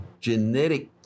genetic